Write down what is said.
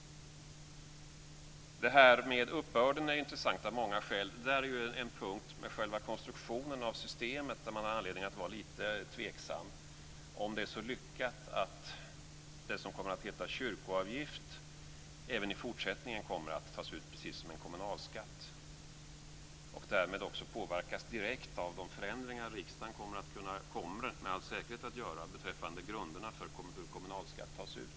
Frågan om uppbörden är intressant av många skäl. Själva konstruktionen av systemet är en punkt där man har anledning att vara lite tveksam. Är det så lyckat att det som kommer att heta kyrkoavgift även i fortsättningen kommer att tas ut precis som en kommunalskatt och därmed också påverkas direkt av de förändringar som riksdagen, med all säkerhet, kommer att göra beträffande grunderna för hur kommunalskatt tas ut?